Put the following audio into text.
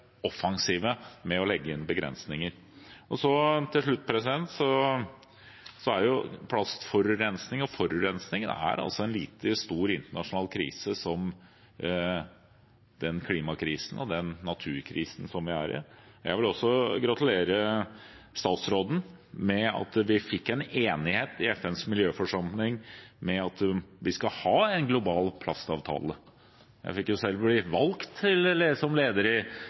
offensive med å legge inn begrensninger. Til slutt: Plastforurensning og forurensning er altså en like stor internasjonal krise som den klimakrisen og den naturkrisen som vi er i. Jeg vil også gratulere statsråden med at vi fikk en enighet i FNs miljøforsamling om at vi skal ha en global plastavtale. Jeg ble selv valgt til leder i FNs miljøforsamling i